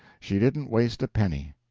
she didn't waste a penny.